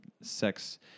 sex